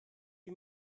wie